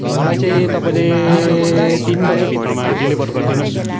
मलाई चाहिँ तपाईँले तिन बजीभित्रमा डेलिभर गरिदिनुहोस् न